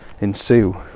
ensue